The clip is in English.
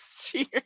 Cheers